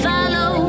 Follow